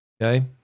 Okay